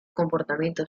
comportamiento